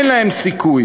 אין להם סיכוי.